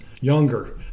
younger